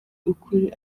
ukuri